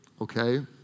Okay